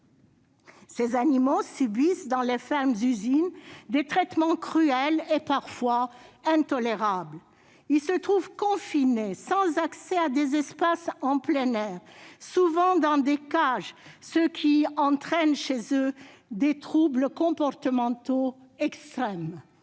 Ces animaux subissent dans des « fermes-usines » des traitements cruels et parfois intolérables. Ils se trouvent confinés, sans accès à des espaces de plein air et souvent dans des cages, ce qui entraîne chez eux des troubles comportementaux extrêmes.